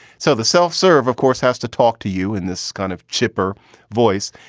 so the self-serve, of course, has to talk to you in this kind of chipper voice.